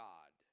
God